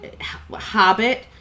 Hobbit